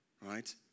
right